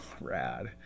rad